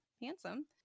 handsome